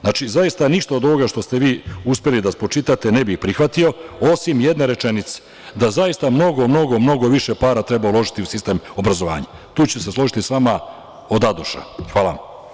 Znači, zaista ništa od ovoga što ste vi uspeli da spočitate ne bih prihvatio, osim jedne rečenice, da zaista mnogo više para treba uložiti u sistem obrazovanja, tu ću se složiti sa vama od A do Š. Hvala.